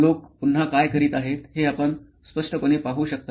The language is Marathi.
लोक पुन्हा काय करीत आहेत हे आपण स्पष्टपणे पाहू शकता